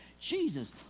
Jesus